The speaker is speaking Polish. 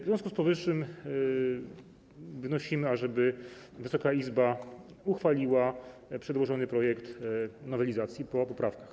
W związku z powyższym wnosimy, ażeby Wysoka Izba uchwaliła przedłożony projekt nowelizacji po poprawkach.